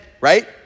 right